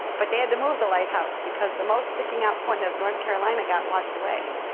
but they had to move the lighthouse because the most sticking out point of north carolina got washed away,